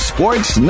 Sports